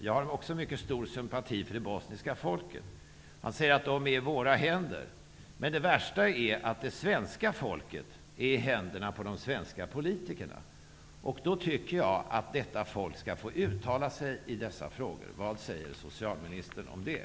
Jag hyser också mycket stor sympati för det bosniska folket. Bengt Westerberg sade att deras öde vilar i våra händer. Men det värsta är att det svenska folket är i händerna på de svenska politikerna. Jag tycker därför att detta folk skall få uttala sig i dessa frågor. Vad säger socialministern om det?